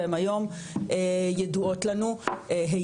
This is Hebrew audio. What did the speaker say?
והם היום ידועות לנו היטב.